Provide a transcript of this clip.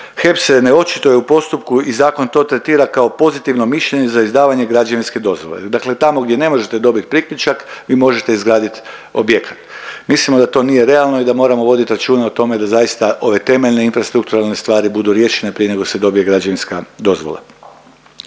HEP se ne očituje u postupku i zakon to tretira kao pozitivno mišljenje za izdavanje građevinske dozvole. Dakle, tamo gdje ne možete dobiti priključak vi možete izgradit objekat. Mislimo da to nije realno i da moramo voditi računa o tome da zaista ove temeljne infrastrukturalne stvari budu riješene prije nego se dobije građevinska dozvola.